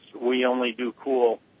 we-only-do-cool